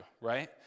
right